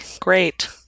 great